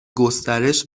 گسترش